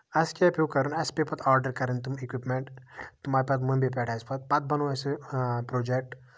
اَسہِ کیاہ پیوٚو پَتہٕ کَرُن اَسہِ پے پَتہٕ آرڈر کَرٕنۍ تِم اِکوِپمینٹ تِم آیہِ پَتہٕ مُمبیہِ پٮ۪ٹھ اَسہِ پَتہٕ بَنو اَسہِ پروجٮ۪کٹ